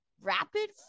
Rapid